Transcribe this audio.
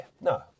no